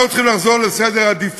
אנחנו צריכים לחזור לעדיפות